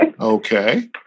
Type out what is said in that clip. Okay